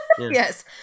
yes